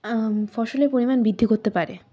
ফসলের পরিমাণ বৃদ্ধি করতে পারে